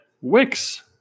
Wix